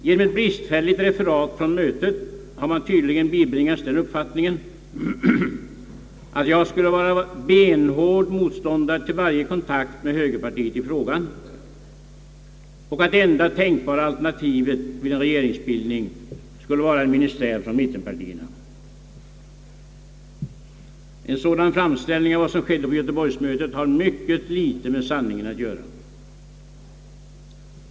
Genom ett bristfälligt referat från mötet har man tydligen bibringats den uppfattningen, att jag skulle vara benhård motståndare till varje kontakt med högerpartiet i denna fråga och att enda tänkbara alternativet vid en regeringsbildning skulle vara en ministär från mittenpartierna, En sådan framställning om vad som skedde på Göteborgsmötet har mycket litet med sanningen att göra.